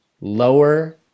lower